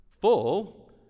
full